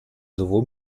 sowohl